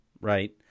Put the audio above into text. right